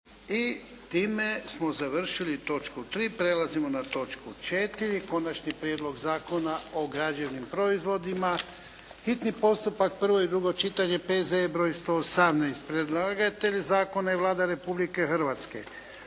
i time smo završili točku 3. Prelazimo na točku 4. :- Konačni prijedlog zakona o građevnim proizvodima, hitni postupak, prvo i drugo čitanje, P.Z.E. br. 118 Predlagatelj zakona je Vlada Republike Hrvatske.